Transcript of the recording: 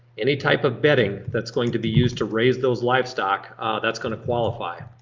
any type of bedding that's going to be used to raise those livestock that's gonna qualify